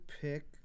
pick